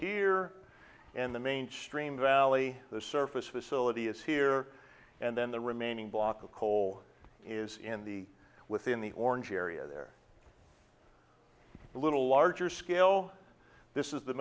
here and the main stream valley the surface facility is here and then the remaining block of coal is in the within the orange area there a little larger scale this is the